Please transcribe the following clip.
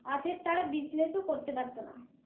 অতএব তারা বিজনেসও করতে পারতো না